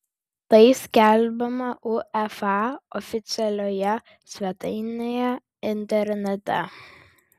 tai skelbiama uefa oficialioje svetainėje internete